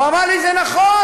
והוא אמר לי, זה נכון.